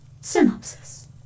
synopsis